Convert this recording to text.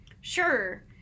sure